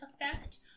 effect